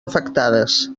afectades